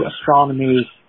astronomy